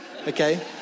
Okay